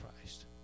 Christ